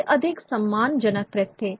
ये अधिक सम्मानजनक प्रेस थे